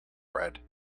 bread